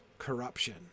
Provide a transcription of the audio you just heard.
Corruption